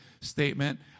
statement